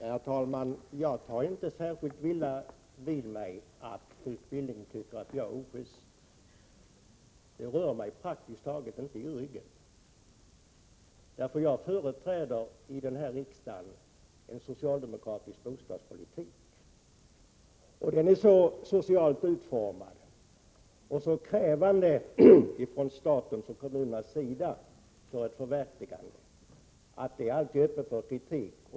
Herr talman! Jag tar inte särskilt illa vid mig av att Knut Billing tycker att jagär ojust. Det rör mig praktiskt taget inte i ryggen. Jag företräder nämligen i den här kammaren en socialdemokratisk bostadspolitik, och den är så socialt utformad och så krävande ifrån statens och kommunernas sida för ett förverkligande, att detta alltid står öppet för kritik.